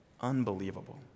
Unbelievable